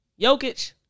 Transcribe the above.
Jokic